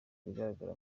ibigaragara